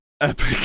Epic